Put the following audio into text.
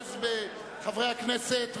אוחז בחברי הכנסת,